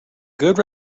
good